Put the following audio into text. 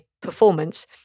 performance